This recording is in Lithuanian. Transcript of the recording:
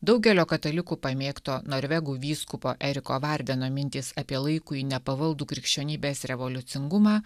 daugelio katalikų pamėgto norvegų vyskupo eriko vardeno mintys apie laikui nepavaldų krikščionybės revoliucingumą